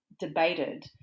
Debated